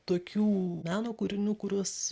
tokių meno kūrinių kuriuos